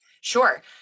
Sure